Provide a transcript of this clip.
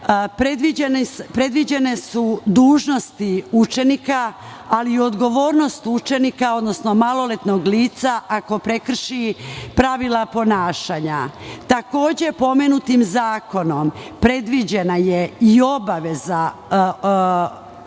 predviđene su dužnosti učenika, ali i odgovornost učenika, odnosno maloletnog lica ako prekrši pravila ponašanja. Takođe, pomenutim zakonom predviđena je i obaveza škole,